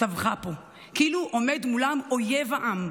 צווחה פה כאילו עומד מולם אויב העם,